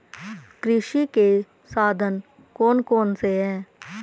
कृषि के साधन कौन कौन से हैं?